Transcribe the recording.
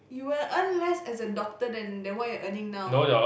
you will earn less as a doctor than than what you're earning now what